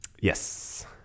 yes